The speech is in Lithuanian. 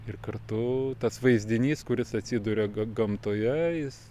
ir kartu tas vaizdinys kuris atsiduria ga gamtoje jis